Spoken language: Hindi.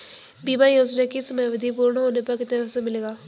बीमा योजना की समयावधि पूर्ण होने पर कितना पैसा मिलेगा?